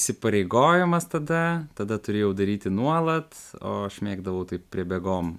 įsipareigojimas tada tada turi jau daryti nuolat o aš mėgdavau taip pribėgom